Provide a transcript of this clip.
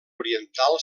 oriental